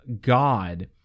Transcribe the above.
God